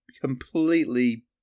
completely